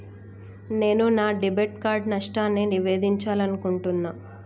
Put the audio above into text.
నేను నా debit card నష్టాన్ని నివేదించాలనుకుంటున్నా